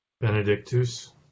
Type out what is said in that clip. Benedictus